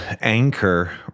anchor